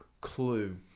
clue